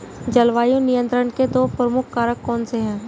जलवायु नियंत्रण के दो प्रमुख कारक कौन से हैं?